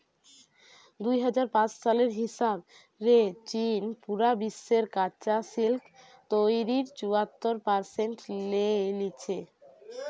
দুই হাজার পাঁচ সালের হিসাব রে চীন পুরা বিশ্বের কাচা সিল্ক তইরির চুয়াত্তর পারসেন্ট লেই লিচে